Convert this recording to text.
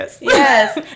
Yes